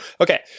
okay